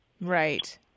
Right